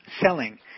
selling